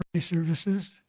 services